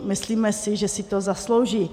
Myslíme si, že si to zaslouží.